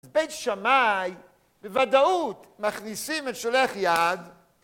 בית שמאי, בוודאות, מכניסים את שולח יד